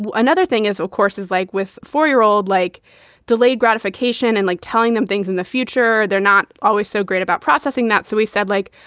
but another thing is, of course, is like with four year old, like delayed gratification and like telling them things in the future, they're not always so great about processing that. so we said, like,